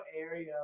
area